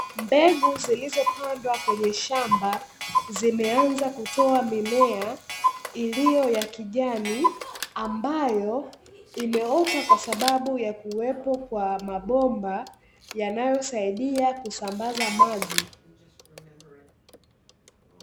Mbegu zilizopandwa kwenye shamba, zimeanza kutoa mimea iliyo ya kijani, ambayo imeota kwa sababu ya kuwepo kwa mabomba, yanayosaidia kusambaza maji.